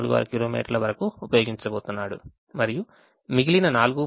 46 కిలోమీటర్లు వరకు ఉపయోగించబోతున్నాడు మరియు మిగిలిన 4